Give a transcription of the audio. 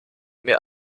mir